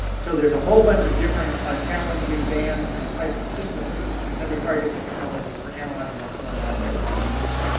so there's a whole bunch of different ah challenging bands and types of systems that require different technologies for analyzing what's going on in those contexts.